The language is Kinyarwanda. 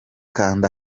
kanda